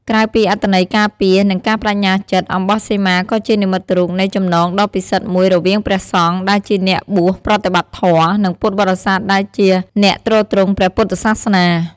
ក្រៅពីអត្ថន័យការពារ និងការប្តេជ្ញាចិត្ត អំបោះសីមាក៏ជានិមិត្តរូបនៃចំណងដ៏ពិសិដ្ឋមួយរវាងព្រះសង្ឃដែលជាអ្នកបួសប្រតិបត្តិធម៌ និងពុទ្ធបរិស័ទដែលជាអ្នកទ្រទ្រង់ព្រះពុទ្ធសាសនា។